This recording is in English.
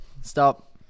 Stop